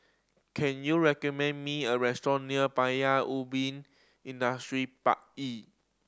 can you recommend me a restaurant near Paya Ubi Industrial Park E